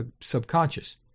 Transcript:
subconscious